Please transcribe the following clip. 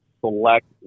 Select